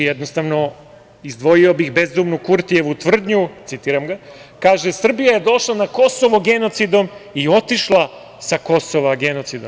Jednostavno, izdvojio bih bezumnu Kurtijevu tvrdnju, citiram ga, kaže – Srbija je došla na Kosovo genocidom i otišla sa Kosova genocidom.